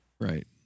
Right